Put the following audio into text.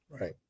Right